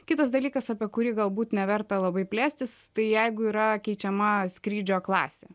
kitas dalykas apie kurį galbūt neverta labai plėstis tai jeigu yra keičiama skrydžio klasė